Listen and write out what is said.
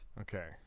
Okay